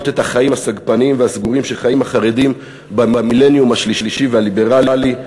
את החיים הסגפניים והסגורים שחיים החרדים במילניום השלישי והליברלי,